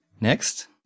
Next